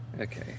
Okay